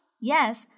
Yes